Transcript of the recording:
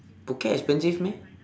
phuket expensive meh